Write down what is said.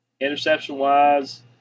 Interception-wise